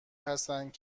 هستند